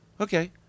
Okay